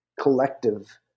collective